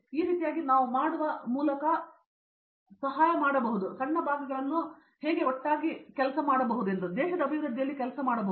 ಮತ್ತು ಈ ರೀತಿಯಾಗಿ ನಾವು ಮಾಡುವ ಮೂಲಕ ಸಹಾಯ ಮಾಡಬಹುದು ಸಣ್ಣ ಭಾಗಗಳನ್ನು ಏಕೆ ಒಟ್ಟಾಗಿ ಕೆಲಸ ಮಾಡಬೇಕೆಂದು ಮತ್ತು ದೇಶದ ಅಭಿವೃದ್ಧಿಯಲ್ಲಿ ಕೆಲಸ ಮಾಡುವುದು